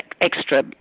extra